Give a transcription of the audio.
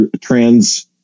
trans